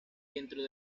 dentro